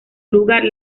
lugar